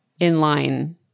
inline